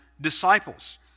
disciples